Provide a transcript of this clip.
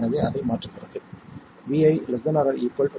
எனவே அதை மாற்றுகிறது vi ≤ 1v 1 4